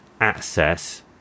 access